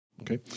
Okay